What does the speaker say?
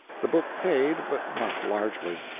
the book paid, but not largely.